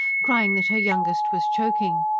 crying that her youngest was choking.